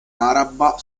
araba